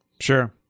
Sure